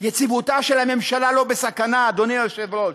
יציבותה של הממשלה לא בסכנה, אדוני היושב-ראש,